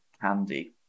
candy